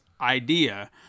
idea